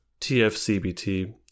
TFCBT